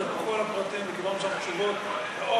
ירדו לכל הפרטים וקיבלנו שם תשובות מאוד